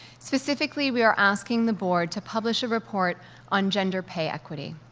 specifically, we are asking the board to publish a report on gender pay equity.